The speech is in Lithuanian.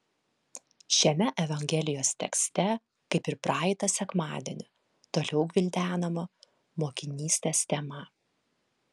šiame evangelijos tekste kaip ir praeitą sekmadienį toliau gvildenama mokinystės tema